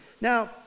Now